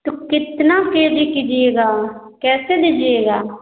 तो कितना K G किजिएगा कैसे दिजिएगा